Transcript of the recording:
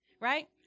Right